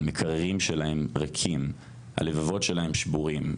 המקררים שלהם ריקים, הלבבות שלהם שבורים.